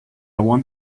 one